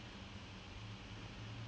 get this thing over with and